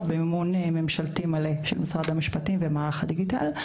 במימון ממשלתי מלא של משרד המשפטים ומערך הדיגיטל.